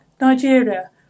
Nigeria